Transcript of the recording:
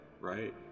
right